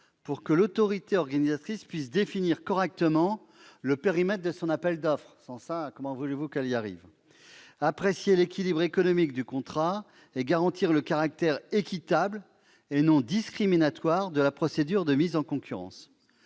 pour que l'autorité organisatrice puisse définir correctement le périmètre de son appel d'offres, apprécier l'équilibre économique du contrat et garantir le caractère équitable et non discriminatoire de la procédure de mise en concurrence.